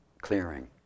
clearing